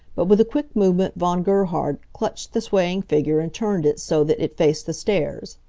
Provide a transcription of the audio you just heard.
but with a quick movement von gerhard clutched the swaying figure and turned it so that it faced the stairs.